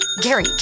Gary